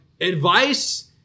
advice